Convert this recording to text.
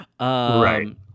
Right